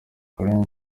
kuri